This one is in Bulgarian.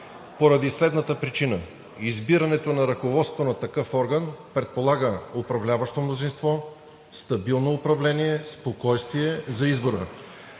поради следната причина – избирането на ръководство на такъв орган предполага управляващо мнозинство, стабилно управление, спокойствие за избора.